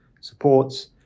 supports